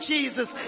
Jesus